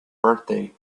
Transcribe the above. birthday